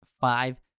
five